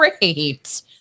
great